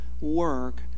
work